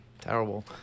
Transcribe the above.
terrible